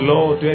Lord